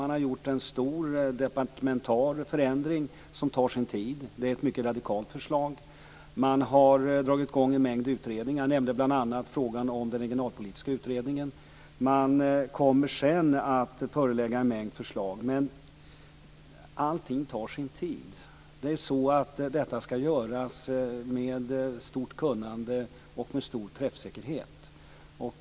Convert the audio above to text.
Man har gjort en stor departementsförändring som tar sin tid. Det är ett mycket radikalt förslag. Man har dragit i gång en mängd utredningar. Jag nämnde bl.a. den regionalpolitiska utredningen. Man kommer sedan att förelägga en mängd förslag. Men allting tar sin tid. Detta skall göras med stort kunnande och stor träffsäkerhet.